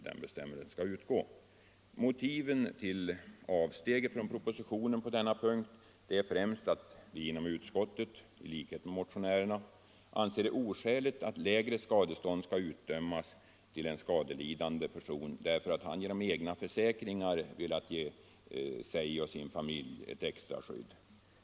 Det främsta motivet till avsteg från propositionen på denna punkt är att vi inom utskottet — i likhet med motionärerna — anser det oskäligt att lägre skadestånd skall utdömas till en skadelidande person därför att han genom egna försäkringar velat ge sig eller sin familj ett extra skydd.